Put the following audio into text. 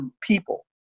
people